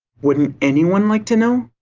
wouldn't anyone like to know?